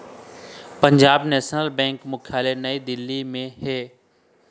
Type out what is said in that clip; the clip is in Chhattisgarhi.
पंजाब नेशनल बेंक मुख्यालय नई दिल्ली म हे